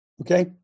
Okay